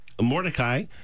Mordecai